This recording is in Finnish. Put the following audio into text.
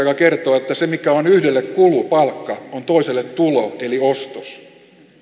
joka kertoo että se mikä on yhdelle kulu palkka on toiselle tulo eli ostos